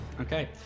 Okay